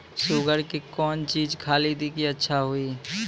Sugar के कौन चीज खाली दी कि अच्छा हुए?